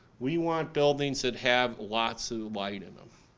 we want buildings that have lots of light in them.